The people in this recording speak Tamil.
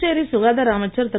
புதுச்சேரி சுகாதார அமைச்சர் திரு